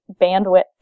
bandwidth